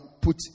put